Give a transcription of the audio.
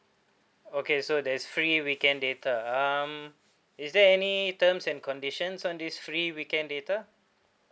okay so there's free weekend data um is there any terms and conditions on this free weekend data